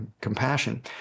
compassion